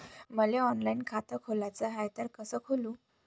मले ऑनलाईन खातं खोलाचं हाय तर कस खोलू?